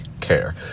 care